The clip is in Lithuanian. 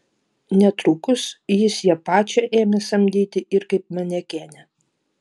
netrukus jis ją pačią ėmė samdyti ir kaip manekenę